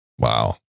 Wow